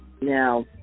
Now